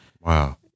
Wow